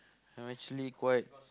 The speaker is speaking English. I'm actually quite